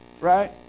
right